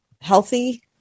healthy